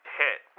hit